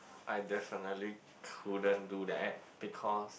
I definitely couldn't do that because